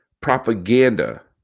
propaganda